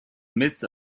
midst